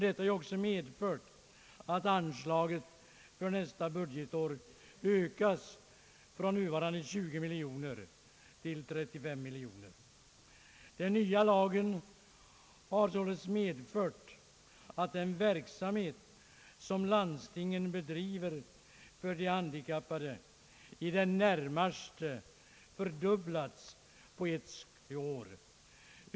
Detta har också medfört att anslaget för nästa budgetår ökas från nuvarande 20 miljoner till 35 mil joner. Den nya lagen har således inneburit att den verksamhet som landstingen bedriver för de handikappade i det närmaste fördubblats på ett år.